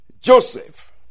Joseph